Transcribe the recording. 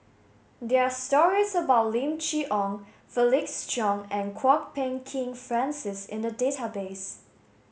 there are stories about Lim Chee Onn Felix Cheong and Kwok Peng Kin Francis in the database